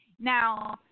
Now